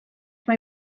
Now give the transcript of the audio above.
mae